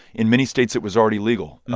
in many states, it was already legal.